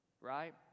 Right